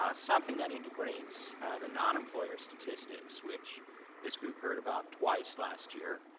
ah something that integrates the non-employer statistics which this group heard about twice last year